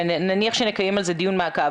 נניח שנקיים על זה דיון מעקב,